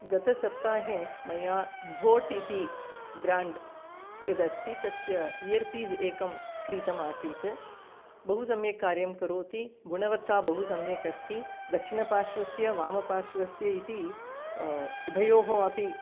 गतसप्ताहे मया भोट् इति ब्राण्ड् यदस्ति तस्य एर्पीस् एकं क्रीतम् आसीत् बहु सम्यक् कार्यं करोति गुणवत्ता बहु सम्यकस्ति दक्षिणपार्श्वस्य वामपार्श्वस्य इति उभयोः अपि